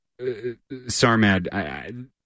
Sarmad